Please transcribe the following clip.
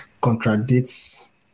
contradicts